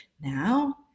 Now